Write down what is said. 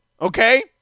Okay